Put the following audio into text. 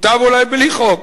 מוטב אולי בלי חוק.